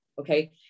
Okay